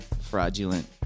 fraudulent